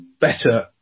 better